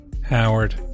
Howard